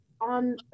on